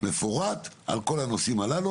מפורט על כל הנושאים הללו.